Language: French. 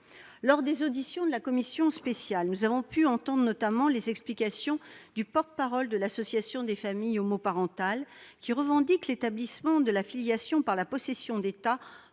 Lors des auditions de la commission spéciale, nous avons pu entendre, notamment, les explications du porte-parole de l'Association des familles homoparentales, qui revendique l'ouverture de l'établissement de la filiation par la possession d'état